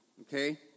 okay